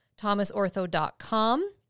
thomasortho.com